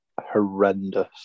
horrendous